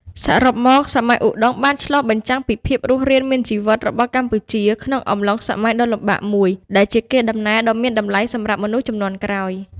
សរុបមក សម័យឧដុង្គបានឆ្លុះបញ្ចាំងពីភាពរស់រានមានជីវិតរបស់កម្ពុជាក្នុងអំឡុងសម័យដ៏លំបាកមួយ ដែលជាកេរដំណែលដ៏មានតម្លៃសម្រាប់មនុស្សជំនាន់ក្រោយ។